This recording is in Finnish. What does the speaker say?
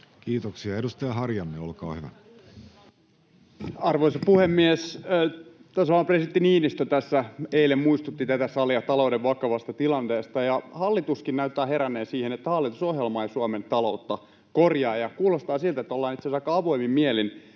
Kiitoksia. — Edustaja Harjanne, olkaa hyvä. Arvoisa puhemies! Tasavallan presidentti Niinistö tässä eilen muistutti tätä salia talouden vakavasta tilanteesta. Hallituskin näyttää heränneen siihen niin, että hallitusohjelmaa ja Suomen taloutta korjaa. Kuulostaa siltä, että ollaan itse asiassa aika avoimin mielin